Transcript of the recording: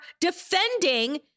defending